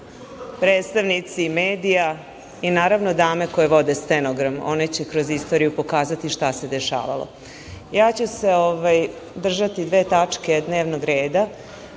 predstavnici medija i, naravno, dame koje vode stenogram, one će kroz istoriju pokazati šta se dešavalo, držaću se dve tačke dnevnog